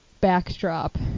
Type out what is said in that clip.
backdrop